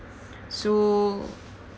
so